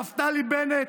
נפתלי בנט,